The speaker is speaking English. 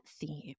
theme